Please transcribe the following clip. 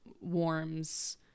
warms